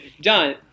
John